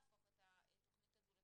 באמת שמחה ומברכת על כל הפעילות הזו,